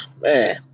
Man